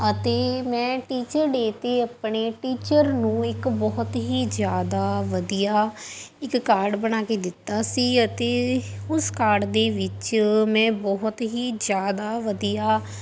ਅਤੇ ਮੈਂ teacher day 'ਤੇ ਅਪਣੇ ਟੀਚਰ ਨੂੰ ਇੱਕ ਬਹੁਤ ਹੀ ਜ਼ਿਆਦਾ ਵਧੀਆ ਇੱਕ ਕਾਰਡ ਬਣਾ ਕੇ ਦਿੱਤਾ ਸੀ ਅਤੇ ਉਸ ਕਾਰਡ ਦੇ ਵਿੱਚ ਮੈਂ ਬਹੁਤ ਹੀ ਜ਼ਿਆਦਾ ਵਧੀਆ